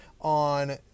on